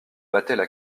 battaient